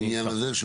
בעניין הזה?